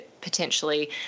potentially